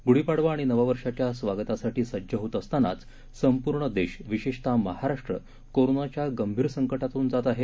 गुढी पाडवा आणि नववर्षाच्या स्वागतासाठी सज्ज होत असतानाच संपूर्ण देश विशेषतः महाराष्ट्र करोनाच्या गंभीर संकटातून जात आहे